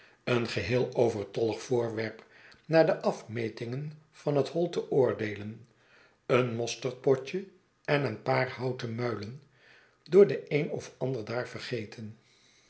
een geheel overtollig voorwerp naar de afmetingen van het hoi te oordeelen een mosterdpotje en een paar houten muilen door den een of ander daar vergeten